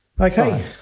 Okay